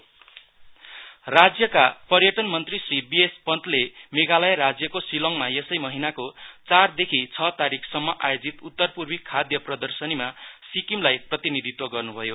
बि S Pant राज्य पर्यटन मन्त्री स्नी बीएस पन्तले मेघालय राज्यको सिलङमा यसै महिनाको चारदेखि छ तारिकसम्म आयोजित उत्तरपूर्वि खाद्य प्रदर्शनीमा सिक्किमलाई प्रतिनिधित्व गर्नुभयो